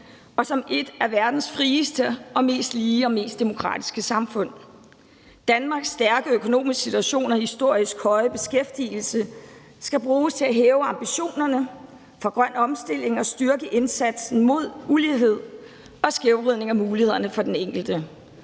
og som et af verdens frieste, mest lige og mest demokratiske samfund. Danmarks stærke økonomiske situation og historisk høje beskæftigelse skal bruges til at hæve ambitionerne for den grønne omstilling og styrke indsatsen mod ulighed og skævvridning af muligheder for den enkelte.